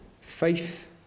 Faith